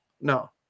No